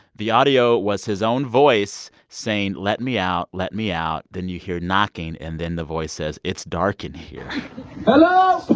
the audio was his own voice saying, let me out. let me out. then you hear knocking. and then the voice says, it's dark in here hello? but